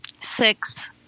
Six